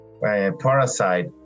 parasite